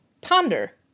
ponder